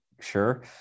sure